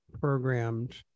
programmed